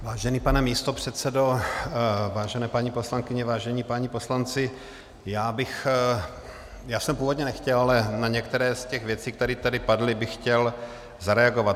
Vážený pane místopředsedo, vážené paní poslankyně, vážení páni poslanci, já jsem původně nechtěl, ale na některé z těch věcí, které tady padly, bych chtěl zareagovat.